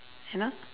enough